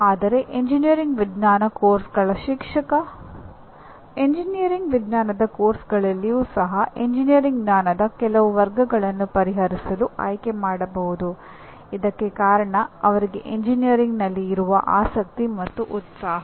ಆದರೆ ಎಂಜಿನಿಯರಿಂಗ್ ವಿಜ್ಞಾನ ಪಠ್ಯಕ್ರಮಗಳ ಶಿಕ್ಷಕ ಎಂಜಿನಿಯರಿಂಗ್ ವಿಜ್ಞಾನದ ಪಠ್ಯಕ್ರಮಗಳಲ್ಲಿಯೂ ಸಹ ಎಂಜಿನಿಯರಿಂಗ್ ಜ್ಞಾನದ ಕೆಲವು ವರ್ಗಗಳನ್ನು ಪರಿಹರಿಸಲು ಆಯ್ಕೆ ಮಾಡಬಹುದು ಇದಕ್ಕೆ ಕಾರಣ ಅವರಿಗೆ ಎಂಜಿನಿಯರಿಂಗ್ನಲ್ಲಿ ಇರುವ ಆಸಕ್ತಿ ಮತ್ತು ಉತ್ಸಾಹ